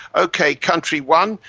ok country one,